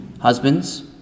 Husbands